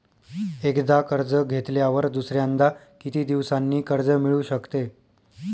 एकदा कर्ज घेतल्यावर दुसऱ्यांदा किती दिवसांनी कर्ज मिळू शकते?